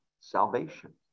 salvation